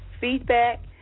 feedback